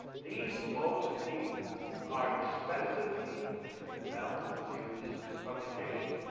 these mostly are expensively and well-produced publications,